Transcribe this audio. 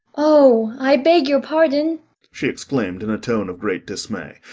oh, i beg your pardon she exclaimed in a tone of great dismay,